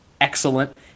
excellent